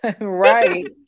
Right